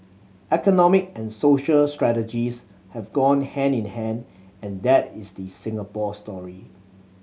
economic and social strategies have gone hand in hand and that is the Singapore story